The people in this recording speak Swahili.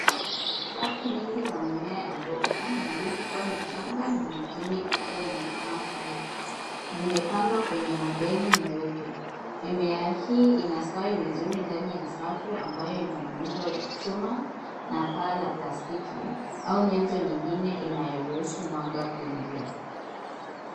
Safu nyingi za mimea ya mboga, mingine ikiwa michanga na mingine ikiwa imekomaa zaidi. Zimepandwa kwenye mabegi meupe. Mimea hii inastawi vizuri ndani ya safu ambayo ina muundo ya chuma na paa la plastiki au nyenzo nyingine inayoruhusu mwanga kuingia.